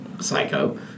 psycho